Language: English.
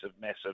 massive